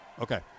Okay